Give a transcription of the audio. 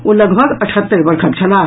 ओ लगभग अठहत्तरि वर्षक छलाह